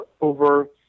over